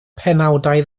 penawdau